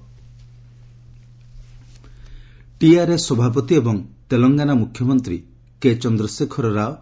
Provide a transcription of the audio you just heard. federal front TRS ସଭାପତି ଏବଂ ତେଲଙ୍ଗାନା ମୁଖ୍ୟମନ୍ତ୍ରୀ କେଚନ୍ଦ୍ରଶେଖର ରାଓ